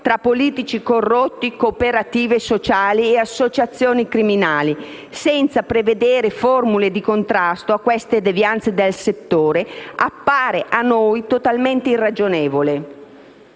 tra politici corrotti, cooperative sociali e associazioni criminali, senza prevedere formule di contrasto a queste devianze del settore, appare a noi totalmente irragionevole.